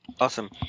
Awesome